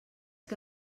que